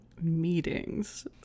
meetings